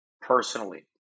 personally